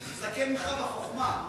זה זקן ממך בחוכמה.